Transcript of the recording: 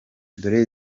dore